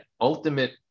ultimate